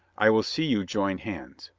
i will see you join hands.